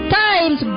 times